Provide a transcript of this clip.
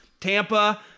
Tampa